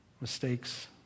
mistakes